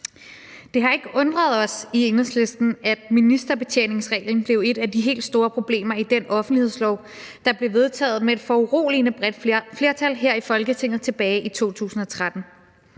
Det har ikke undret os i Enhedslisten, at ministerbetjeningsreglen blev et af de helt store problemer i den offentlighedslov, der blev vedtaget med et foruroligende bredt flertal her i Folketinget tilbage i 2013.